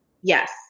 Yes